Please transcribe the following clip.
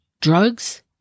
drugs